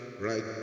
right